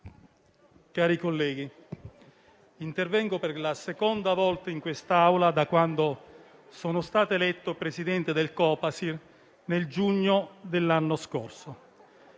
cari colleghi, intervengo per la seconda volta in quest'Aula da quando sono stato eletto Presidente del Copasir nel giugno dell'anno scorso.